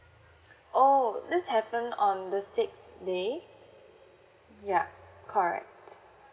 oh this happened on the sixth day yup correct